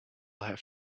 have